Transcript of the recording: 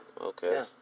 okay